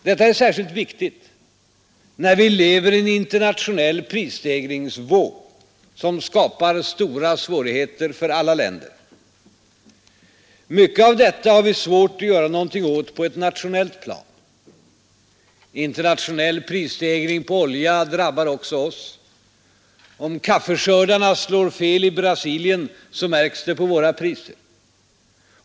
Detta är särskilt viktigt när vi lever i en internationell prisstegringsvåg, som skapar stora svårigheter för alla länder. Mycket av detta har vi svårt att göra någonting åt på ett nationellt plan. Internationell prisstegring på olja drabbar också oss. Om kaffeskördarna slår fel i Brasilien, så märks det på våra priser.